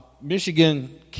Michigan